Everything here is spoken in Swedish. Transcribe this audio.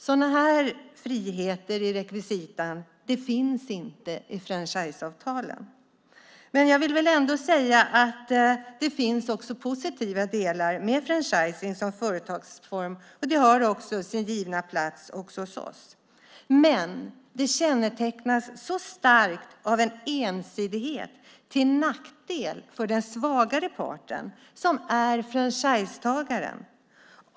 Sådana friheter i rekvisitan finns inte i franchiseavtalen. Jag vill ändå säga att det finns också positiva delar i franchising som företagsform. Den har också sin givna plats hos oss. Men den kännetecknas så starkt av en ensidighet till nackdel för den svagare parten, nämligen franchisetagaren.